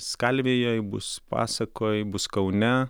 skalvijoj bus pasakoj bus kaune